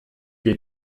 wir